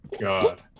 god